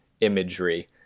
imagery